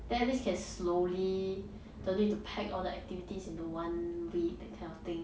then at least can slowly don't need to pack all the activities into one week that kind of thing